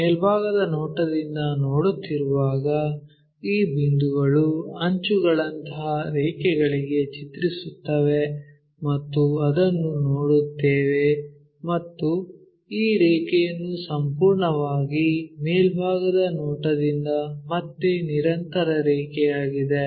ಮೇಲ್ಭಾಗದ ನೋಟದಿಂದ ನೋಡುತ್ತಿರುವಾಗ ಈ ಬಿಂದುಗಳು ಅಂಚುಗಳಂತಹ ರೇಖೆಗಳಿಗೆ ಚಿತ್ರಿಸುತ್ತವೆ ಮತ್ತು ಅದನ್ನು ನೋಡುತ್ತೇವೆ ಮತ್ತು ಈ ರೇಖೆಯನ್ನು ಸಂಪೂರ್ಣವಾಗಿ ಮೇಲ್ಭಾಗದ ನೋಟದಿಂದ ಮತ್ತೆ ನಿರಂತರ ರೇಖೆಯಾಗಿದೆ